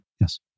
Yes